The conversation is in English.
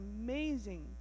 amazing